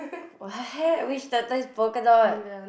what which turtle is polka dot